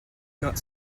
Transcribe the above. not